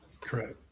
correct